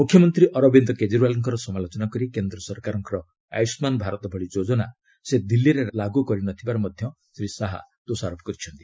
ମୁଖ୍ୟମନ୍ତ୍ରୀ ଅରବିନ୍ଦ କେଜରିଓ୍ବାଲଙ୍କର ସମାଲୋଚନା କରି କେନ୍ଦ୍ର ସରକାରଙ୍କ ଆୟୁଷ୍କାନ୍ ଭାରତ ଭଳି ଯୋଜନା ସେ ଦିଲ୍ଲୀରେ ଲାଗୁ କରିନଥିବାର ମଧ୍ୟ ଶ୍ରୀ ଶାହା ଦୋଷାରୋପ କରିଛନ୍ତି